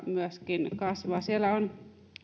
myöskin virosta kasvaa